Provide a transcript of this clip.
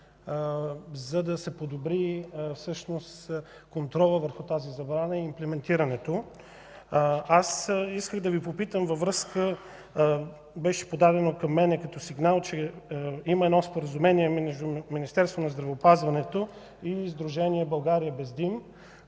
за да се подобри всъщност контролът върху тази забрана и имплементирането. Исках да Ви попитам, тъй като беше подадено към мен като сигнал, че има едно споразумение между Министерството на здравеопазването и Сдружение „България без дим”,